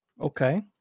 Okay